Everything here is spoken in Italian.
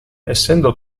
essendo